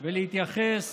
ולהתייחס